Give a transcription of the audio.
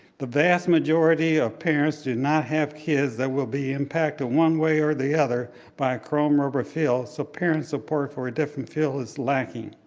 the vast majority of parents do not have kids that will be impacted one way or the other by chrome rubber fields, so parents support for a different field is lacking.